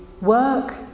work